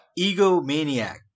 Egomaniac